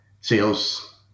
sales